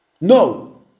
No